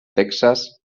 texas